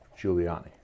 Giuliani